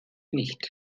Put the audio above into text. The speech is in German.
nicht